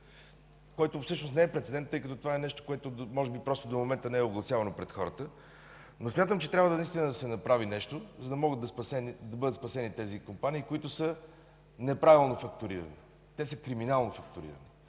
който всъщност не е прецедент, тъй като това е нещо, което може би просто до момента не е огласявано пред хората. Смятам, че трябва да се направи нещо, за да могат да бъдат спасени компаниите, които са неправилно фактурирани, те са криминално фактурирани.